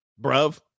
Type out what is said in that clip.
bruv